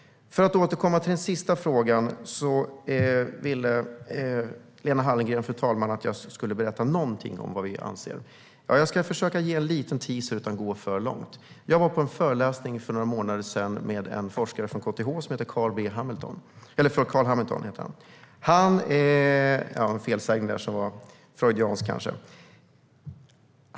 Jag återkommer till den sista frågan. Lena Hallengren ville att jag skulle berätta någonting om vad vi anser. Ja, jag ska försöka ge en liten teaser utan att gå för långt. Jag var på en föreläsning för några månader sedan med en forskare som heter Carl B Hamilton - eller, förlåt, Carl Hamilton heter han. Det var en felsägning som kanske var freudiansk!